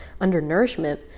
undernourishment